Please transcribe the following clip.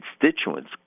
constituents